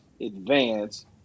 advance